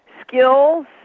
skills